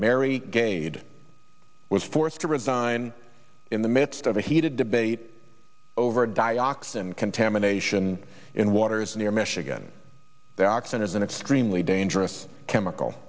mary gade was forced to resign in the midst of a heated debate over dioxin contamination in waters near michigan the oxen is an extremely dangerous chemical